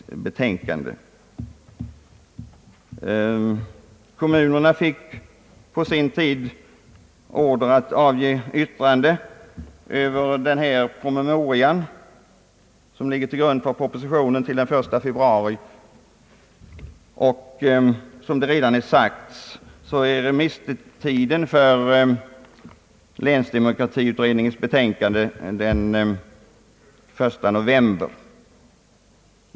På sin tid fick kommunerna föreläggande att före den 1 februari avge yttrande över den promemoria som ligger till grund för propositionen om ändring i kommunindelningen. Som redan framhållits utgår remisstiden för länsdemokratiutredningens betänkande den 1 november.